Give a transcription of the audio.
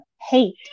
hate